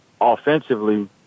offensively